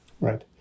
Right